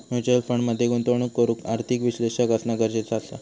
mutual fund मध्ये गुंतवणूक करूक आर्थिक विश्लेषक असना गरजेचा असा